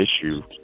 issue